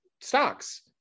stocks